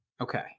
Okay